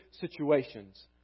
situations